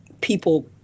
people